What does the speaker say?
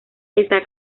está